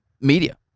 media